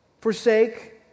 forsake